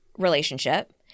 relationship